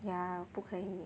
yeah 不可以